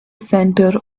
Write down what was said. center